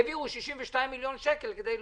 העבירו 62 מיליון שקל כדי להוסיף.